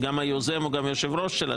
שהיוזם הוא גם היושב-ראש שלה,